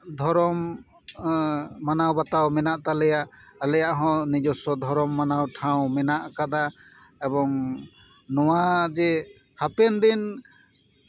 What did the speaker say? ᱫᱷᱚᱨᱚᱢ ᱢᱟᱱᱟᱣᱼᱵᱟᱛᱟᱣ ᱢᱮᱱᱟᱜ ᱛᱟᱞᱮᱭᱟ ᱟᱞᱮᱭᱟᱜ ᱦᱚᱸ ᱱᱤᱡᱚᱥᱥᱚ ᱫᱷᱚᱨᱚᱢ ᱢᱟᱱᱟᱣ ᱴᱷᱟᱶ ᱢᱮᱱᱟᱜ ᱠᱟᱫᱟ ᱮᱵᱚᱝ ᱱᱚᱣᱟ ᱡᱮ ᱦᱟᱯᱮᱱ ᱫᱤᱱ